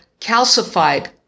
calcified